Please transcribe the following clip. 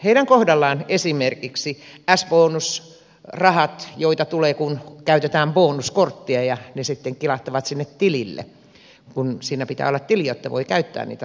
heidän kohdallaan esimerkiksi s bonusrahat joita tulee kun käytetään bonuskorttia kilahtavat sinne tilille kun siinä pitää olla tili jotta voi käyttää niitä rahoja